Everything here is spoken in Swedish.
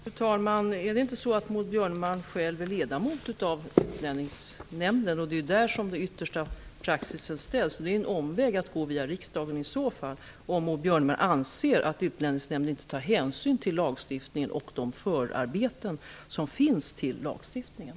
Fru talman! Är det inte så att Maud Björnemalm själv är ledamot av Utlänningsnämnden? Det är ju där som den yttersta praxisen fastställs. Det är en omväg att gå via riksdagen, om Maud Björnemalm anser att Utlänningsnämnden inte tar hänsyn till lagstiftningen och förarbetena i den.